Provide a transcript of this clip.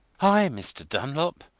i, mr. dunlop!